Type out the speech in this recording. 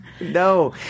No